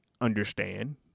understand